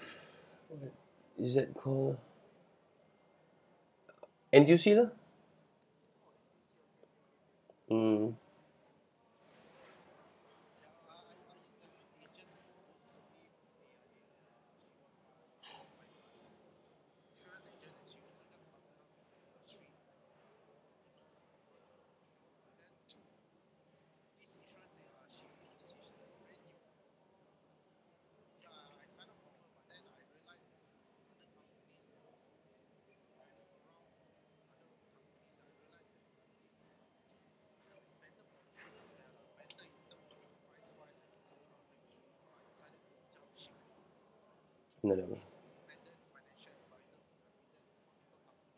what's it called N_T_U_C lah mm what else